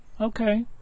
Okay